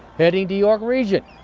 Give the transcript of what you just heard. heading to york region,